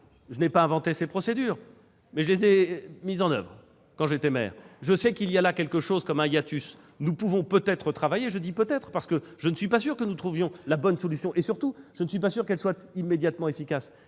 Je n'ai pas inventé ces procédures, mais je les ai mises en oeuvre quand j'étais maire. Il y a là comme un hiatus. Nous pouvons peut-être y travailler, je dis bien peut-être, parce que je ne suis pas sûr que nous trouvions la bonne solution, et surtout, je ne suis pas sûr qu'elle soit immédiatement efficace.